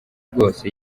rwose